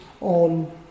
on